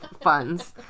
funds